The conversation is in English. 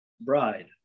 bride